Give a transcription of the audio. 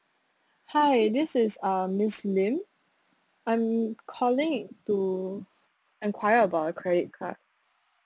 hi this is uh miss lim I'm calling to enquire about a credit card